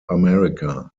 america